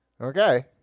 Okay